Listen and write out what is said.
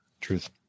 Truth